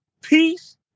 peace